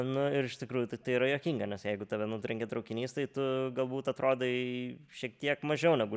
nu ir iš tikrųjų tai yra juokinga nes jeigu tave nutrenkė traukinys tai tu galbūt atrodai šiek tiek mažiau negu